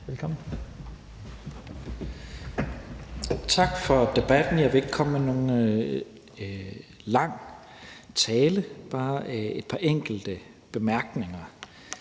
Tesfaye): Tak for debatten. Jeg vil ikke komme med nogen lang tale, men bare et par enkelte bemærkninger.